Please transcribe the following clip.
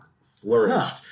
flourished